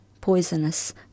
poisonous